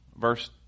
Verse